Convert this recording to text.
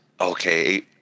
okay